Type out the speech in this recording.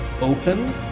open